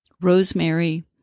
rosemary